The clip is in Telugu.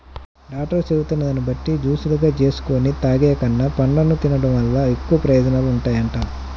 డాక్టర్లు చెబుతున్న దాన్ని బట్టి జూసులుగా జేసుకొని తాగేకన్నా, పండ్లను తిన్డం వల్ల ఎక్కువ ప్రయోజనాలుంటాయంట